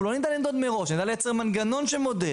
לא נדע למדוד מראש אלא לייצר מנגנן שמודד